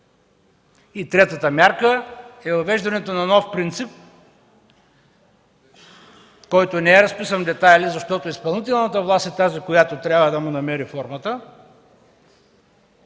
И третата мярка е въвеждането на нов принцип, който не е разписан в детайли, защото изпълнителната власт е тази, която трябва да намери формата